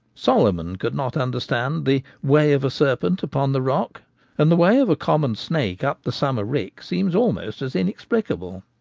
solomon could not understand the way of a serpent upon the rock and the way of a common snake up the summer rick seems almost as inexplicable.